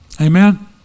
Amen